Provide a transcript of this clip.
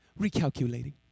Recalculating